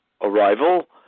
arrival